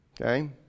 Okay